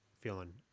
feeling